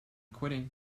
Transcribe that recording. quitting